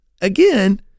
again